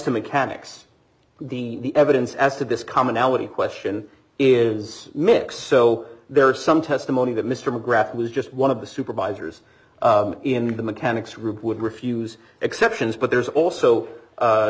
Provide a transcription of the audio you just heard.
to mechanics the evidence as to this commonality question is mixed so there are some testimony that mr mcgrath was just one of the supervisors in the mechanics rube would refuse exceptions but there's also